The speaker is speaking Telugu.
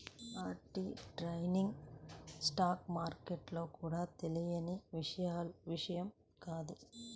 ఆర్బిట్రేజ్ ట్రేడింగ్ స్టాక్ మార్కెట్లలో కూడా తెలియని విషయం కాదు